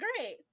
great